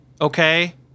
okay